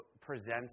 presents